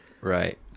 right